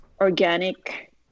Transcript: organic